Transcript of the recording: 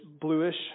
bluish